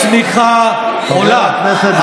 הצמיחה עולה,